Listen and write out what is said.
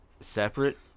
separate